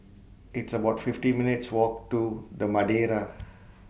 It's about fifty minutes' Walk to The Madeira